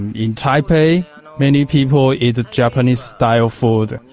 in taipei many people eat japanese style food,